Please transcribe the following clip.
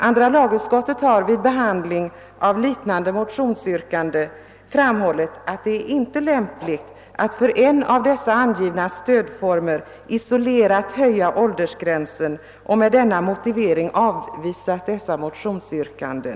Andra lagutskottet har vid behandling av liknande motionsyrkande framhållit, att det inte är lämpligt att för en av dessa angivna stödformer isolerat höja åldersgränsen, och med denna motivering avvisat motionsyrkandet.